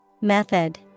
Method